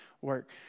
work